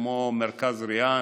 כמו מרכז ריאן,